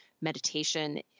meditation